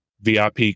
VIP